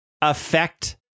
affect